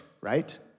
right